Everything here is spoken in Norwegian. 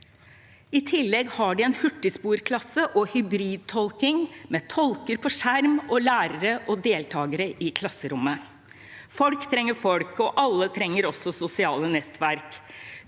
I tillegg har de en hurtigsporklasse og hybridtolking med tolker på skjerm og lærere og deltakere i klasserommet. Folk trenger folk, og alle trenger også sosiale nettverk.